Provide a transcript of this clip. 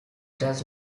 does